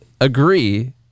agree